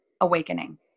awakening